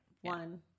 One